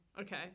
Okay